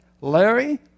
Larry